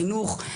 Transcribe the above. חינוך,